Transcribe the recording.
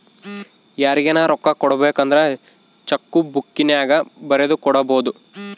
ಯಾರಿಗನ ರೊಕ್ಕ ಕೊಡಬೇಕಂದ್ರ ಚೆಕ್ಕು ಬುಕ್ಕಿನ್ಯಾಗ ಬರೆದು ಕೊಡಬೊದು